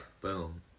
boom